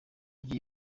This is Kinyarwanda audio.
gihe